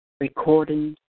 recording